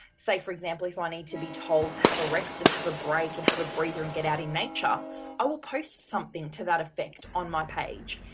say for example if i need to be told have a rest and have a break and have a breather and get out in nature i would post something to that effect on my page.